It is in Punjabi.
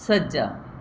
ਸੱਜਾ